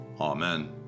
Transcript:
Amen